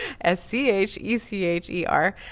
S-C-H-E-C-H-E-R